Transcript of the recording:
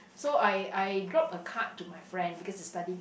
so I I drop a card to my friend because he's studying